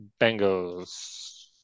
Bengals